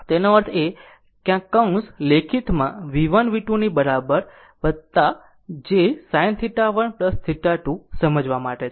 તેનો અર્થ એ કે આ કૌંસ લેખિતમાં V1 V2 ની બરાબર j sin θ1 θ2 સમજવા માટે છે